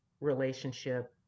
relationship